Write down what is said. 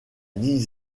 dix